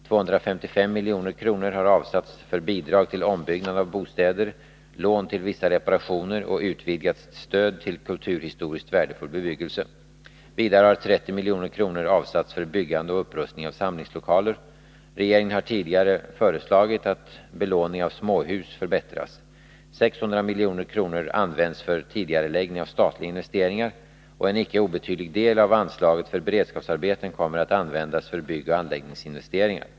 255 milj.kr. har avsatts för bidrag till ombyggnad av bostäder, lån till vissa reparationer och utvidgat stöd till kulturhistoriskt värdefull bebyggelse. Vidare har 30 milj.kr. avsatts för byggande och upprustning av samlingslokaler. Regeringen har tidigare föreslagit att belåningen av småhus förbättras. 600 milj.kr. används för tidigareläggning av statliga investeringar. Och en icke obetydlig del av anslaget för beredskapsarbeten kommer att användas för byggoch anläggningsinvesteringar.